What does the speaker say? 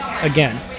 Again